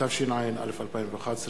התשע"א 2011,